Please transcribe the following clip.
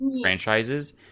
franchises